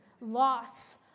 loss